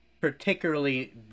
particularly